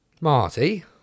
Marty